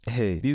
hey